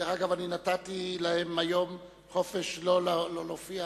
דרך אגב, נתתי להם היום חופש, לא להופיע